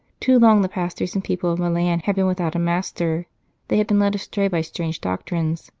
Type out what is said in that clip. too long the pastors and people of milan had been without a master they had been led astray by strange doctrines,